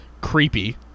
creepy